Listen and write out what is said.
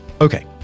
Okay